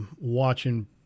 watching